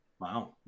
Wow